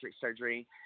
surgery